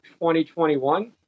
2021